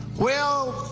well,